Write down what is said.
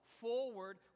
forward